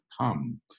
come